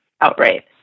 outright